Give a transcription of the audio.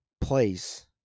place